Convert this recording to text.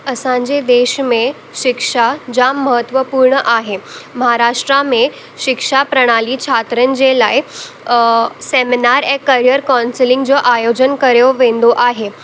असांजे देश में शिक्षा जाम महत्वपूर्ण आहे महाराष्ट्र में शिक्षा प्रणाली छात्रनि जे लाइ सेमिनार ऐं करियर काउंस्लिंग जो आयोजन करियो वेंदो आहे